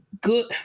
good